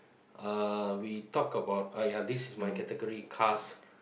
uh we talk about ah ya this is my category cars